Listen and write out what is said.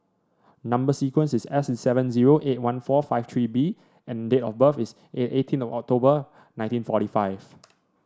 number sequence is S seven zero eight one four five three B and date of birth is eight eighteen of October nineteen forty five